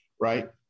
right